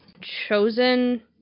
chosen